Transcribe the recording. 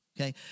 okay